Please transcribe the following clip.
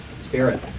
Spirit